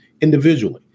individually